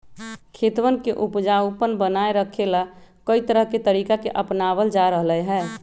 खेतवन के उपजाऊपन बनाए रखे ला, कई तरह के तरीका के अपनावल जा रहले है